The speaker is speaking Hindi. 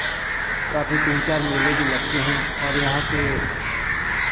काफी तीन चार मेले भी लगते हैं और यहाँ से